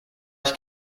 ich